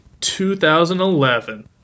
2011